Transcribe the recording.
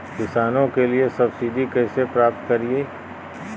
किसानों के लिए सब्सिडी कैसे प्राप्त करिये?